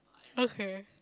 okay